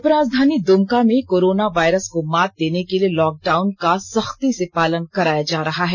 उपराजधानी द्मका में corona virus को मात देने के लिए लॉकडाउन का सख्ती से पालन कराया जा रहा है